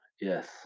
Yes